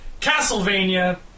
Castlevania